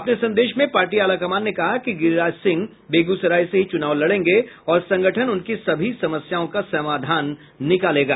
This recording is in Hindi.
अपने संदेश में पार्टी आलाकमान ने कहा कि गिरिराज सिंह बेगूसराय से ही चुनाव लड़ेंगे और संगठन उनकी सभी समस्याओं का समाधान निकालेगा